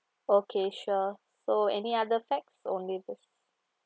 okay sure so any other fact it's only this